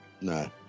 No